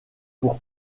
pour